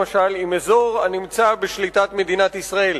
למשל, עם אזור הנמצא בשליטת מדינת ישראל.